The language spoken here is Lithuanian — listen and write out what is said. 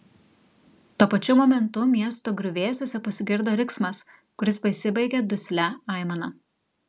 tuo pačiu momentu miesto griuvėsiuose pasigirdo riksmas kuris pasibaigė duslia aimana